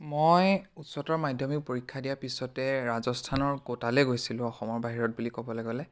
মই উচ্চতৰ মাধ্যমিক পৰীক্ষা দিয়াৰ পিছতে ৰাজস্থানৰ কোটালৈ গৈছিলোঁ অসমৰ বাহিৰত বুলি ক'বলৈ গ'লে